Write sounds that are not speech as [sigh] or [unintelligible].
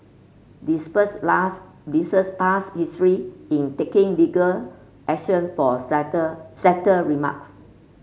despites last [unintelligible] past history in taking legal action for [unintelligible] slighter remarks